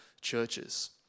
churches